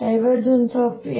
M they